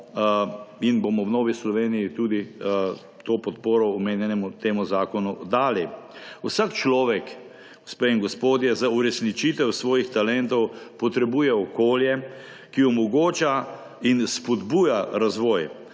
in bomo v Novi Sloveniji to podporo temu zakonu dali. Vsak človek, gospe in gospodje, za uresničitev svojih talentov potrebuje okolje, ki omogoča in spodbuja razvoj.